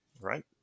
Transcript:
right